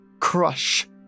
crush